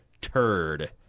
Turd